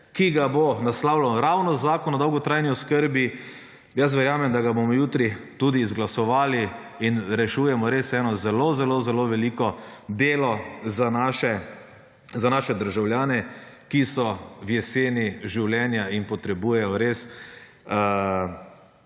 ki ga bo naslavljal ravno zakon o dolgotrajni oskrbi, jaz verjamem, da ga bomo jutri tudi izglasovali in rešujemo res eno zelo zelo veliko delo za naše državljane, ki so v jeseni življenja in potrebujejo res